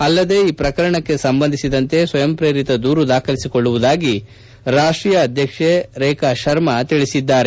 ಅಲ್ಲದೇ ಈ ಪ್ರಕರಣಕ್ಕೆ ಸಂಬಂಧಿಸಿದಂತೆ ಸ್ನಯಂ ಪ್ರೇರಿತ ದೂರು ದಾಖಲಿಸಿಕೊಳ್ಳುವುದಾಗಿ ರಾಷ್ಷೀಯ ಅಧ್ಯಕ್ಷೆ ರೇಖಾ ಶರ್ಮಾ ತಿಳಿಸಿದ್ದಾರೆ